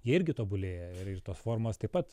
jie irgi tobulėja ir ir tos formos taip pat